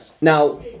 now